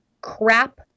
crap